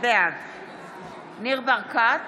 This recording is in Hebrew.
בעד ניר ברקת,